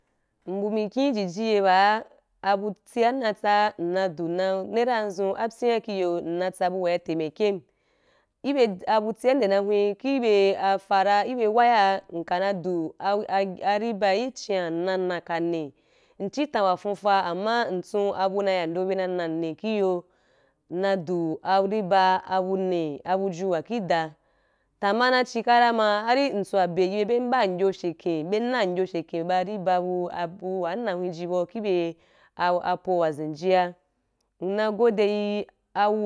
Mbu mikhi ijiji ye ba’a abuti’n na tsa nna du a nara anzu, apyi ki yu, ina tsabu wa’i itamɛki ibeu abuti’n nde na hweh, ki bye a fa ra, ibe waya ra, nka na duk t t riba i chiya, nna na kani, nchi ta wa fonfa, amma ntsu abu nɛ ya do beu na nani iyo, nna du “anba” abuni abujun wɛ idɛn. Tama na chi ka ma hari ntwa be yin be be’n nbɛn yi fyeke, be’n ne’ yo fyeke ba riba bu bu’a nnɛ wenji ba ibe apon wa zinji’a, nnɛ gode yin awu’.